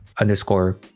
underscore